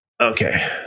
Okay